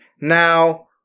Now